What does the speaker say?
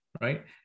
right